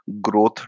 growth